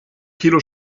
kilo